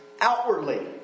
outwardly